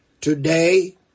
Today